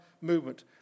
movement